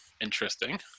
Interesting